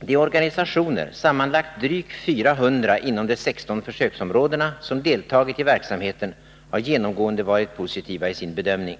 De organisationer — sammanlagt drygt 400 inom de 16 försöksområdena — som deltagit i verksamheten har genomgående varit positiva i sin bedömning.